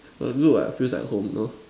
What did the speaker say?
no good what feels like home no